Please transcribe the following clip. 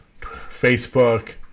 Facebook